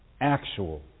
Actual